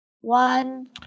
one